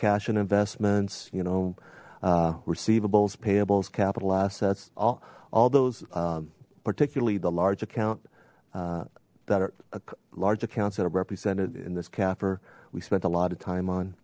cash and investments you know receivables payables capital assets all all those particularly the large account that are a large accounts that are represented in this capper we spent a lot of time on